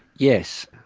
yes.